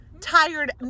tired